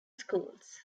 schools